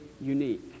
unique